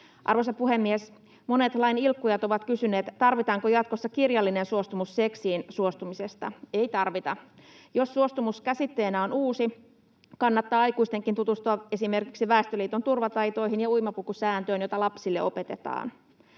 Arvoisa puhemies! Monet lain ilkkujat ovat kysyneet, tarvitaanko jatkossa kirjallinen suostumus seksiin suostumisesta. Ei tarvita. Jos suostumus käsitteenä on uusi, kannattaa aikuistenkin tutustua esimerkiksi Väestöliiton turvataitoihin ja uimapukusääntöön, jota lapsille opetetaan.